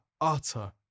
utter